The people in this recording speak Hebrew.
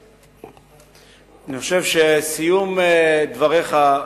אני חושב שסיום דבריך,